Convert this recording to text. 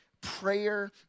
prayer